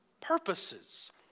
purposes